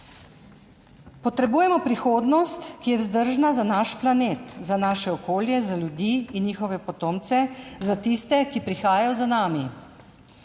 Potrebujemo prihodnost, ki je vzdržna za naš planet, za naše okolje, za ljudi in njihove potomce, za tiste, ki prihajajo za nami.